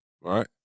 right